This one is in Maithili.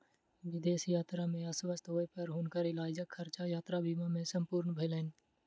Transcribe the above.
विदेश यात्रा में अस्वस्थ होय पर हुनकर इलाजक खर्चा यात्रा बीमा सॅ पूर्ण भेलैन